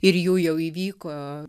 ir jų jau įvyko